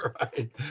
right